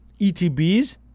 ETBs